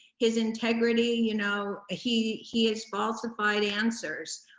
his integrity, you know, he he has falsified answers,